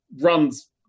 runs